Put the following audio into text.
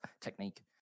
technique